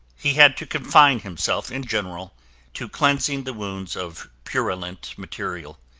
he had to confine himself in general to cleansing the wounds of purulent material.